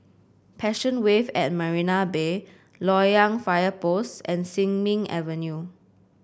Passion Wave at Marina Bay Loyang Fire Post and Sin Ming Avenue